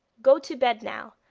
go to bed now,